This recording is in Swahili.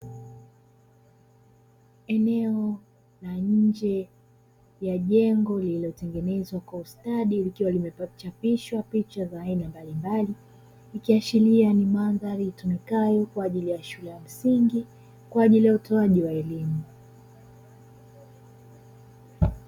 Eneo la nje la jengo lililotengenezwa kwa ustadi likiwa limechapishwa picha za aina mbalimbali ikiashiria ni mandhari itumikayo kwa ajili ya shule ya msingi kwa ajili ya utoaji wa elimu.